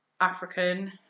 African